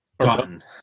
Gotten